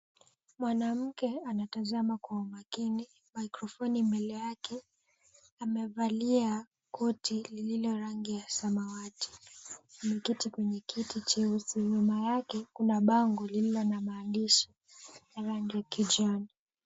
Mwanamke anatazama kwa umakini mikrofoni mbele yake. Amevalia koti lilo rangi ya samawati. Ameketi kwenye kiti cheusi. Nyuma yake, kuna bango lililo na maandishi ya rangi ya kijani.